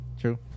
True